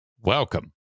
Welcome